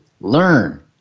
learn